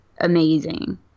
amazing